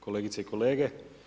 Kolegice i kolege.